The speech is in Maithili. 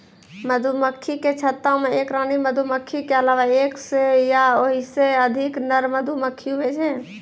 मधुमक्खी के छत्ता मे एक रानी मधुमक्खी के अलावा एक सै या ओहिसे अधिक नर मधुमक्खी हुवै छै